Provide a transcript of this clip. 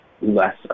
less